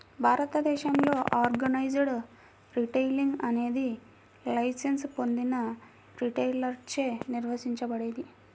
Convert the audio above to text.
భారతదేశంలో organised retailing అనేది licence పొందిన రిటైలర్లచే నిర్వహించబడేది